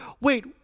wait